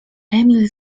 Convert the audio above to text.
emil